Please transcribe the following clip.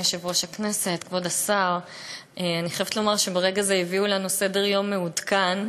אני חייבת לומר שברגע זה הביאו לנו סדר-יום מעודכן,